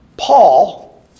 Paul